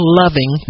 loving